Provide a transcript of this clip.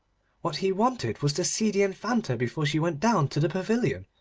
what he wanted was to see the infanta before she went down to the pavilion,